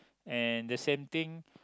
and the same thing